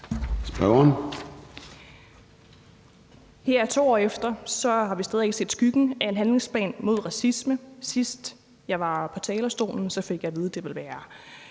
Her 2 år efter har vi stadig ikke set skyggen af en handlingsplan mod racisme. Sidst jeg var på talerstolen, fik jeg at vide, at det ville være